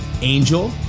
Angel